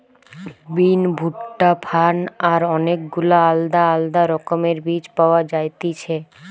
বিন, ভুট্টা, ফার্ন আর অনেক গুলা আলদা আলদা রকমের বীজ পাওয়া যায়তিছে